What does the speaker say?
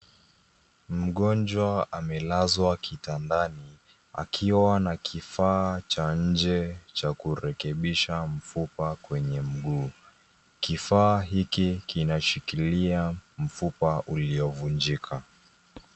Mgonjwa amelazwa kitandani, akiwa na kifaa cha nje cha kurekebisha mfupa kwenye mguu. Kifaa hiki kinashikilia mfupa uliovunjika.